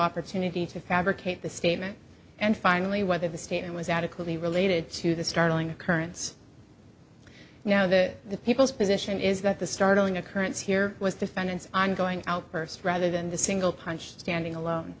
opportunity to fabricate the statement and finally whether the statement was adequately related to the startling occurrence you know that the people's position is that the startling occurrence here was defendant's ongoing outburst rather than the single punch standing alone